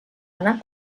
anar